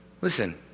Listen